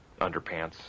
underpants